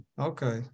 Okay